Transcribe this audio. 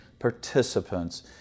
participants